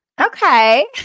okay